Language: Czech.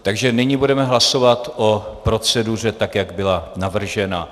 Takže nyní budeme hlasovat o proceduře tak, jak byla navržena.